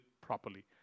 properly